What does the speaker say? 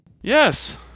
Yes